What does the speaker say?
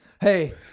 Hey